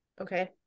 Okay